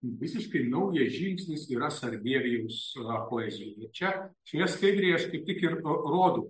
visiškai naujas žingsnis yra sarbievijaus poezija ir čia šioje skaidrėje aš kaip tik ir rodau